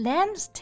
Lamb's